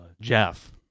jeff